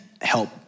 help